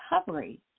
recovery